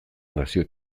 nazio